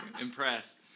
impressed